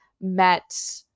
met